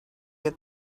your